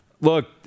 look